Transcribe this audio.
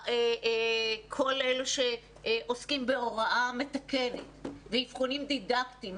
כל אלו שעוסקים בהוראה מתקנת ואבחונים דידקטיים.